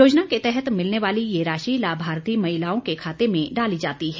योजना के तहत मिलने वाली ये राशि लाभार्थी महिलाओं के खाते में डाली जाती है